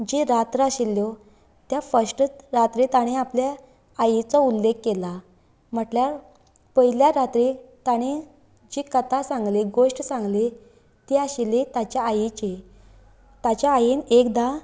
जी रात्र आशिल्ल्यो त्या फस्टूच रात्री तांणे आपले आईचो उल्लेख केला म्हटल्यार पयल्या रात्री तांणी जी कथा सांगली गोष्ट सांगली ती आशिल्ली ताच्या आईची ताच्या आईन एकदां